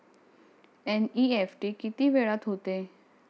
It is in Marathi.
एन.इ.एफ.टी किती वेळात होते?